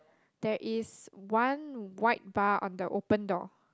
there is one white bar on the open door